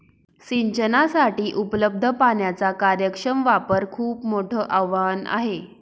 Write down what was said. सिंचनासाठी उपलब्ध पाण्याचा कार्यक्षम वापर खूप मोठं आवाहन आहे